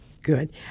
Good